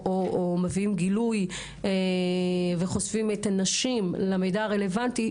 או חושפים את הנשים למידע הרלוונטי,